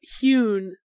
hewn